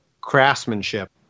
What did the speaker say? craftsmanship